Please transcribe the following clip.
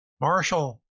Marshall